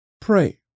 Pray